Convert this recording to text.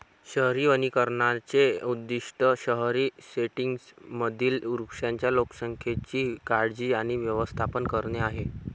शहरी वनीकरणाचे उद्दीष्ट शहरी सेटिंग्जमधील वृक्षांच्या लोकसंख्येची काळजी आणि व्यवस्थापन करणे आहे